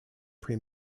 pre